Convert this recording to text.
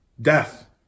death